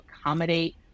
accommodate